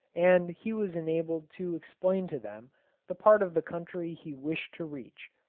and he was enabled to explain to them the part of the country he wished to reach.